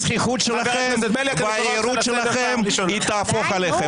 הזחיחות שלכם והיהירות שלכם תהפוך עליכם,